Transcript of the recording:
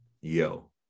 Yo